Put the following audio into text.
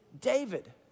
David